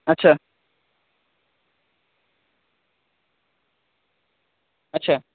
আচ্ছা আচ্ছা